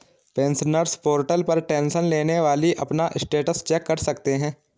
pensioners portal पर pension लेने वाली अपना स्टेटस चेक कर सकते हैं